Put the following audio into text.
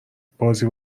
بازی